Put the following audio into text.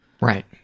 Right